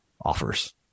offers